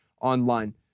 online